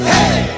Hey